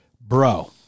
bro